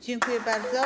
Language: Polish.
Dziękuję bardzo.